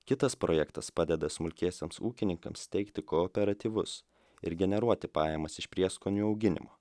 kitas projektas padeda smulkiesiems ūkininkams steigti kooperatyvus ir generuoti pajamas iš prieskonių auginimo